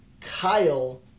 Kyle